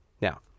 Now